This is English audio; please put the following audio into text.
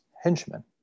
henchmen